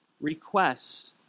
requests